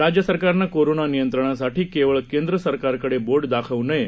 राज्य सरकारनं कोरोना नियंत्रणासाठी केवळ केंद्र सरकारकडे बोट दाखवू नये